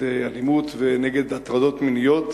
אלימות והטרדות מיניות.